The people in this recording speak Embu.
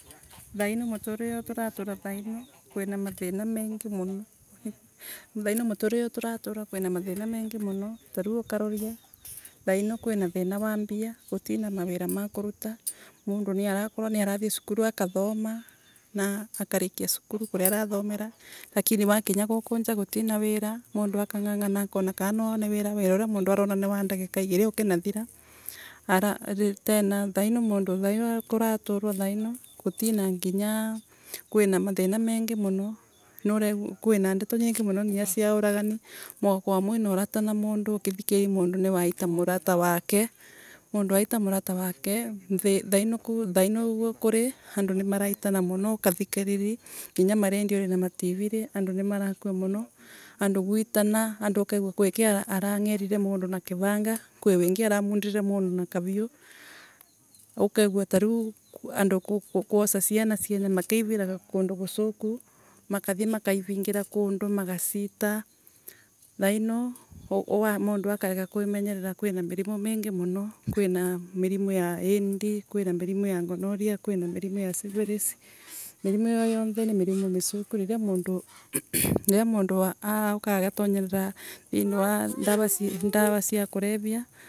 Thaino muturire uyu turatura thaino wina mathira mengi muno. Thaino muturire uyu tuatara wina nathina mengi muno, tariu ukaroria ukaroria thaino kwina thina wambia, gutina mawira ma kuruta. Mundu niarakorwa niarathie cukuru akathoma, na akarikia cukuru kuria arathomera lakini wakinya guku nja gutina wira. Mundu akang’ang’na akona kana na one wira, wira uyu mundu arona ni wa ndagika igiiri. tena thaino mundu thainokuu aratura thaino, gutina nginya, kwina mathira mengi muno muno nuure kwina ndeto nyingi muno muno nginya cia uragani. Mugakorwa mwina urata na mundu ukithikiriri mundu mwaita murata wake. Mundu ciita murata wake, thaino thaino uguokuri, andu nimorariana muno ukathikiriri. Nginya marediori na mativiri, andu nimarakua muno, andu gwitana, andu ukegua kwike arangerire mundu na kivanga, gwike aramundire mundu na kaviu, ukeguatariu andu gwoca ciana cierie makakiraga kundu gucuku, makathie makaivingira kundu makathie magacita. thaino mundu akarega kwimenyenara kwina maundu mengi muno kwina mirimu mingo muno. Kwina mirimu ya AID, kwina mirimu ya gonorrhea, kwina mirimu ya syphilis, ino yarothe ni mirimu miciku. Riria mundu riria mundu auka agitonyerera thiini wa cia kulevya